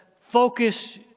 focus